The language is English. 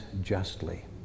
justly